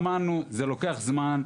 אמרנו זה לוקח זמן.